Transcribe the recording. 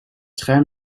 scherm